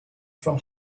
from